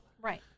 Right